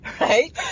Right